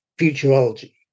futurology